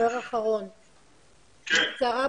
בקצרה בבקשה.